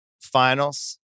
finals